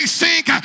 sink